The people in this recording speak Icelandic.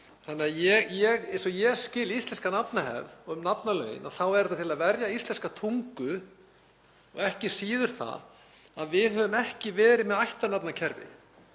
ríkjunum. Eins og ég skil íslenska nafnahefð og nafnalögin þá er þetta til að verja íslenska tungu og ekki síður það að við höfum ekki verið með ættarnafnakerfi.